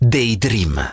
Daydream